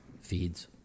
feeds